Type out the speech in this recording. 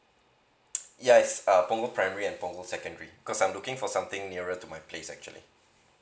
yes uh punggol primary at punggol secondary cause I'm looking for something nearer to my place actually